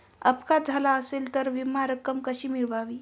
अपघात झाला असेल तर विमा रक्कम कशी मिळवावी?